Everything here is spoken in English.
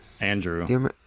Andrew